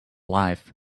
life